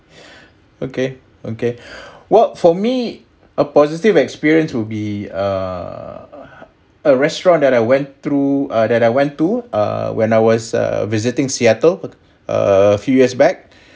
okay okay well for me a positive experience will be err a restaurant that I went through that I went to uh when I was uh visiting seattle err few years back